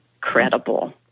credible